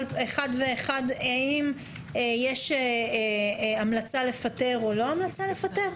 אחד ואחד אם יש המלצה לפטר או לא המלצה לפטר?